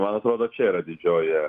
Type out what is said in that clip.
man atrodo čia yra didžioji